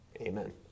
Amen